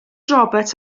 roberts